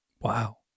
Wow